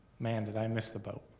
man, did i miss the boat,